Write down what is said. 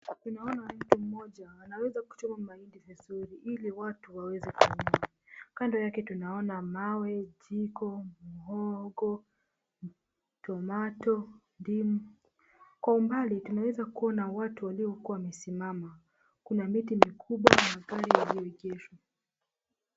Tunaona mtu mmoja anaweza kuchoma mahindi vizuri ili watu waweze kununua. Kando yake tunaona mawe, jiko, muhogo, tomato , ndimu. Kwa umbali tunaweza kuona watu waliokuwa wamesimama. Kuna miti mikubwa na gari lililoejeshwa.